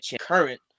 current